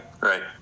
Right